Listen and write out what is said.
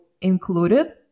included